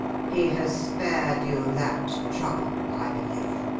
he has spared you that trouble, i believe